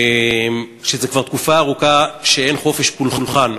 שכבר תקופה ארוכה אין בו חופש פולחן,